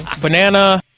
Banana